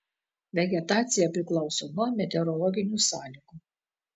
vegetacija priklauso nuo meteorologinių sąlygų